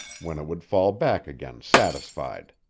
when it would fall back again satisfied.